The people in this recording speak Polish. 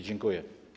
Dziękuję.